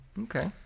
Okay